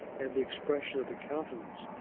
and the expression of the countenance,